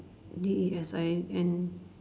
D E S I N